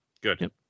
good